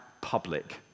public